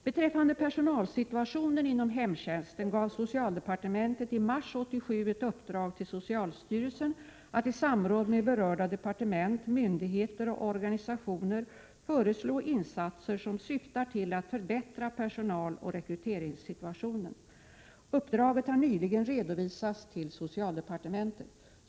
Beträffande personalsituationen inom hemtjänsten gav socialdepartementet i mars 1987 ett uppdrag till socialstyrelsen att i samråd med berörda departement, myndigheter och organisationer föreslå insatser som syftar till att förbättra personaloch rekryteringssituationen. Uppdraget har nyligen redovisats till socialdepartementet.